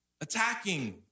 attacking